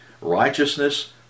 righteousness